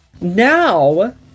Now